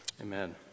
Amen